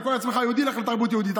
אתה קורא לעצמך יהודי, לך לתרבות יהודית.